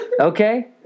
Okay